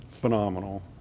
Phenomenal